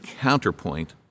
counterpoint